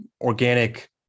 organic